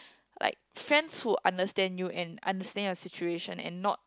like friends who understand you and understand your situation and not